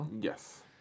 Yes